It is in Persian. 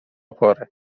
پره